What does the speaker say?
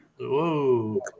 Whoa